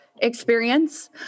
experience